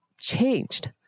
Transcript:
changed